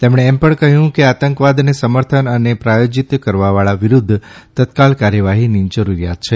તેમણે એમ પણ કહ્યું છે કે આતંકવાદને સમર્થન અને પ્રાયોજિત કરવાવાળા વિરૂદ્ધ તત્કાલ કાર્યવાફીની જરૂરિયાત છે